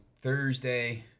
Thursday